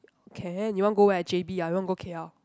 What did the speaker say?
can you want go where J_B ah you want go K_L